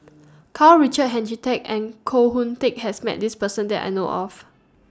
Karl Richard Hanitsch and Koh Hoon Teck has Met This Person that I know of